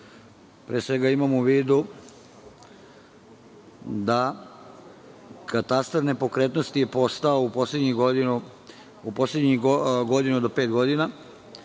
svega, imam u vidu da je katastar nepokretnosti postao u poslednjih godinu do pet godina